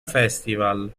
festival